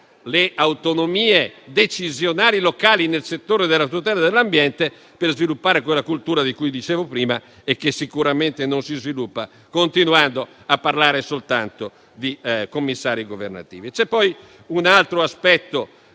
le autonomie decisionali locali nel settore della tutela dell'ambiente, per sviluppare quella cultura di cui dicevo prima, che sicuramente non si crea continuando a parlare soltanto di commissari governativi.